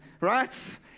right